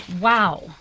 Wow